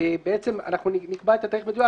בעצם אנחנו נקבע את התאריך המדויק,